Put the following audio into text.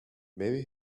maybe